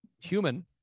human